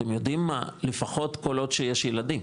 אתם יודעים מה, לפחות כל עוד שיש ילדים,